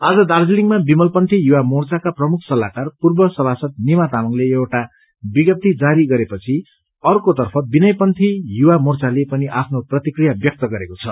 आज दार्जीलिङमा विमल पन्थी युवा मोर्चाका प्रमुख सत्ताहकार पूर्व सभासद निमा तामाङ्ले एउटा विझप्ती जारी गरेपछि अर्कोतर्फ विनय पन्थी युवा मोर्चाले पनि आफ्नो प्रतिक्रिया व्यक्त गरेको छ